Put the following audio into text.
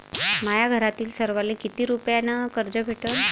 माह्या घरातील सर्वाले किती रुप्यान कर्ज भेटन?